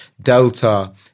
delta